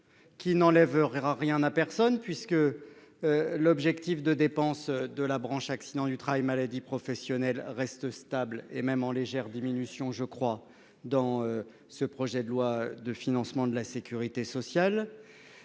qui n'enlèvera rien à personne puisque l'objectif de dépenses de la branche accidents du travail et maladies professionnelles reste stable et qu'il est même en légère diminution dans ce projet de loi de financement rectificative de la sécurité sociale.